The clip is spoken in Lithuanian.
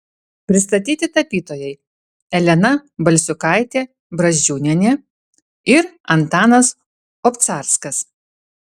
pristatyti tapytojai elena balsiukaitė brazdžiūnienė ir antanas obcarskas